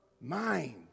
mind